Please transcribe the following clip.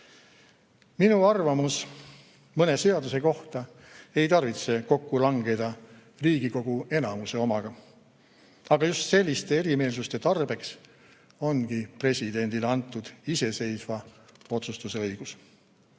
Minu arvamus mõne seaduse kohta ei tarvitse langeda kokku Riigikogu enamuse omaga, aga just selliste erimeelsuste tarbeks ongi presidendile antud iseseisva otsustuse õigus.